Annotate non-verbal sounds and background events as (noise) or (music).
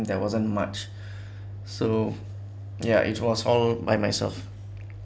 there wasn't much (breath) so ya it was all by myself